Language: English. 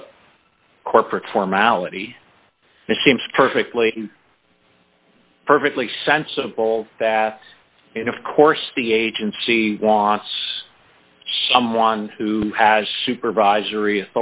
of corporate formality it seems perfectly perfectly sensible that and of course the agency wants someone who has supervisory